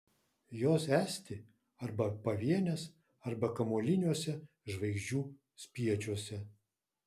jos esti arba pavienės arba kamuoliniuose žvaigždžių spiečiuose